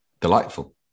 Delightful